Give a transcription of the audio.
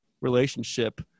relationship